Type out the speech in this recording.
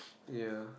ya